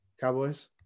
Cowboys